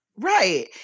Right